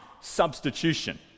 substitution